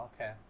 okay